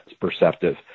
perceptive